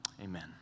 Amen